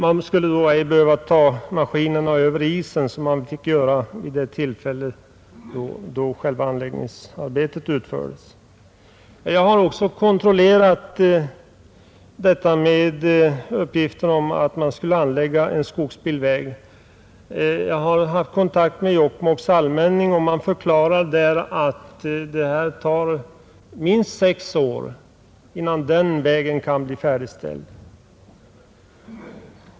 Man behöver då ej ta maskinerna över isen, vilket man fick göra vid det tillfälle då själva anläggningsarbetet utfördes. Jag har kontrollerat uppgiften om att man skulle anlägga en skogsbilväg. Jag har haft kontakt med Jokkmokks kommun, som förklarar att det tar minst sex år innan den vägen kan bli färdigställd.